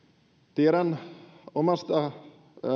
tiedän omasta